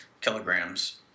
kilograms